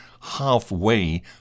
halfway